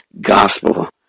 gospel